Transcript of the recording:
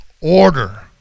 order